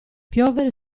piovere